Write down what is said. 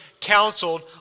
counseled